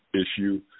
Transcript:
issue